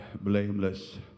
blameless